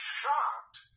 shocked